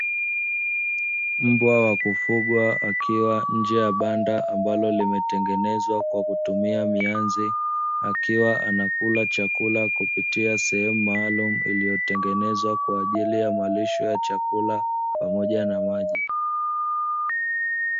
Mbwa wa Kufugwa, akiwa nje ya banda ambalo limetengenezwa kwa kutumia mianzi, akiwa anakula chakula kupitia sehemu maalumu iliyotengenezwa kwa ajili ya malisho ya chakula pamoja na maji.